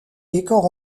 décor